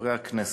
חברי הכנסת,